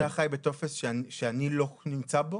אתה חי בטופס שאני לא נמצא בו.